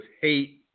hate